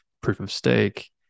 proof-of-stake